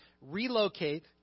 relocate